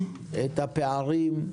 את הפערים,